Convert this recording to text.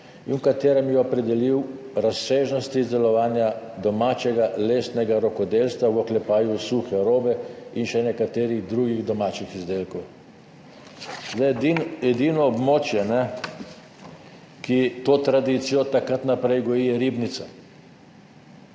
in v katerem je opredelil razsežnosti izdelovanja domačega lesnega rokodelstva, v oklepaju suhe robe, in še nekaterih drugih domačih izdelkov. Edino območje, ki to tradicijo od takrat naprej goji, je Ribnica.